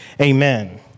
amen